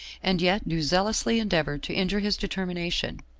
and yet do zealously endeavor to injure his determination,